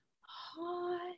Hot